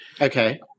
Okay